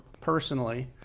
personally